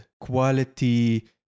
quality